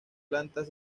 plantas